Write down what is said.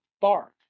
bark